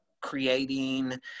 creating